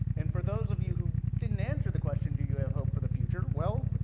and for those of you who didn't answer the question, do you have hope for the future, well,